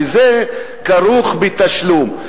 שכרוך בתשלום,